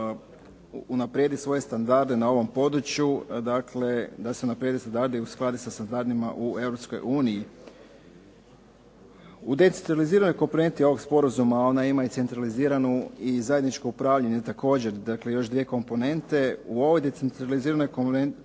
unaprijedi svoje standarde na ovom području, dakle da se …/Govornik se ne razumije./… uskladi sa standardima u Europskoj uniji. U decentraliziranoj komponenti ovog sporazuma, ona ima i centraliziranu i zajedničko upravljanje također, dakle još dvije komponente, u ovoj decentraliziranoj komponenti